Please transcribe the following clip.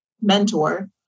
mentor